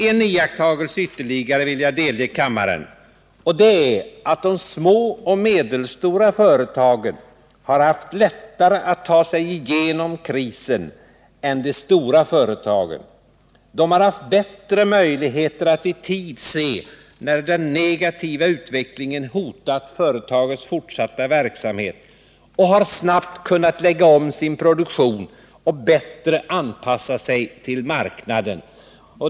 En iakttagelse ytterligare vill jag delge kammaren, och det är att de små och medelstora företagen har haft lättare att ta sig igenom krisen än de stora företagen. De har haft bättre möjligheter att i tid se när den negativa utvecklingen hotat företagets fortsatta verksamhet och har snabbt kunnat lägga om sin produktion och bättre anpassa sig till marknaden.